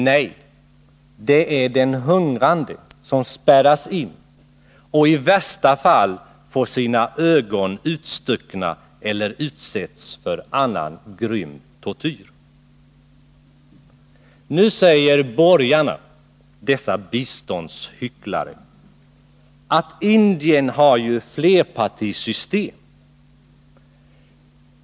Nej, det är den hungrande som spärras in och i värsta fall får sina ögon utstuckna eller utsätts för annan grym tortyr. Nu säger borgarna, dessa biståndshycklare, att Indien har ju flerpartisystem.